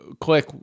Click